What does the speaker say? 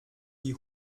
die